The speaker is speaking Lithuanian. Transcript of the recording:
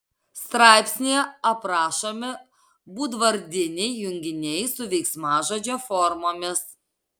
straipsnyje aprašomi būdvardiniai junginiai su veiksmažodžio formomis